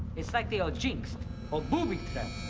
it's like they are jinxed or booby-trapped.